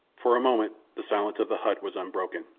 for a moment the silence of the hut was unbroken.